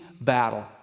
battle